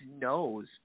knows